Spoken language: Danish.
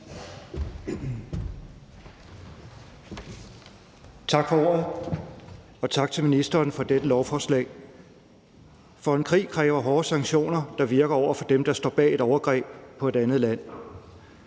Tak for ordet, og tak til ministeren for dette lovforslag. En krig kræver hårde sanktioner, der virker, over for dem, som står bag et overgreb på et andet land.